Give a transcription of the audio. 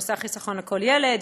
בנושא החיסכון לכל ילד,